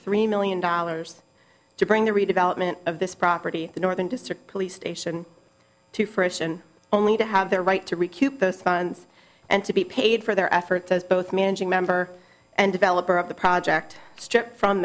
three million dollars to bring the redevelopment of this property the northern district police station to fruition only to have the right to recoup those funds and to be paid for their efforts as both minging member and developer of the project stripped from